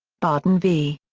barden v.